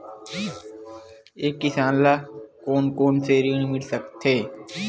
एक किसान ल कोन कोन से ऋण मिल सकथे?